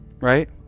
right